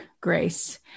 grace